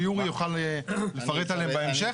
שיורי יוכל לפרט עליהם בהמשך.